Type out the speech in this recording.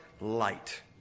light